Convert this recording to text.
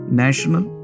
national